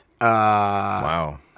Wow